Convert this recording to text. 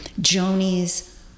Joni's